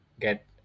get